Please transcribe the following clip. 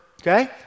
Okay